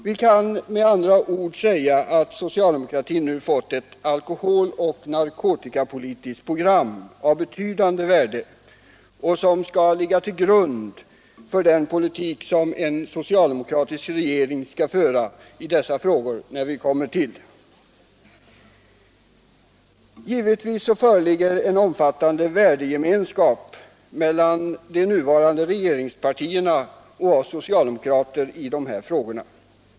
Vi kan med andra ord säga att socialdemokratin nu har fått ett alkoholoch narkotikapolitiskt program av betydande värde, vilket skall ligga till grund för den politik som en socialdemokratisk regering skall föra i dessa frågor, när vi kommer dithän. Givetvis föreligger en omfattande värdegemenskap mellan de nuvarande regeringspartierna och oss socialdemokrater i dessa frågor.